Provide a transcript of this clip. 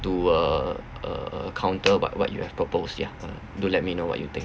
to uh uh uh counter but what you have purposed ya do let me know what you think